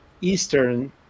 eastern